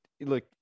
look